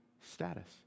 status